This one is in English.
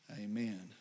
Amen